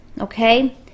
okay